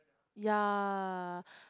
ya